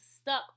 stuck